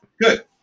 Good